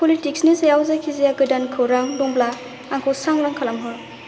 पलिटिक्सनि सायाव जायखि जाया गोदान खौरां दंब्ला आंखौ सांग्रां खालामहर